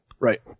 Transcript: Right